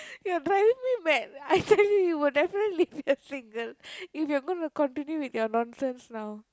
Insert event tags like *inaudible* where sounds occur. you are driving me mad *laughs* I tell you you will definitely leave single if you are going to continue with your nonsense now